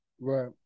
right